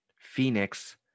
Phoenix